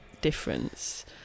difference